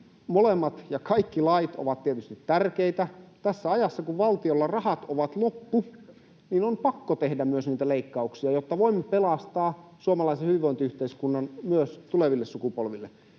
Molemmat ja kaikki lait ovat tietysti tärkeitä. Tässä ajassa, kun valtiolla rahat ovat loppu, on pakko tehdä myös leikkauksia, jotta voimme pelastaa suomalaisen hyvinvointiyhteiskunnan myös tuleville sukupolville.